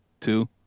Two